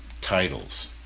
titles